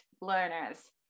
learners